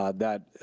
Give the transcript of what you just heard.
ah that,